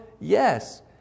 Yes